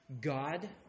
God